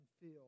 feel